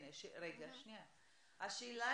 השאלה